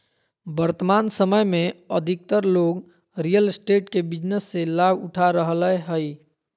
वर्तमान समय में अधिकतर लोग रियल एस्टेट के बिजनेस से लाभ उठा रहलय हइ